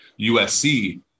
USC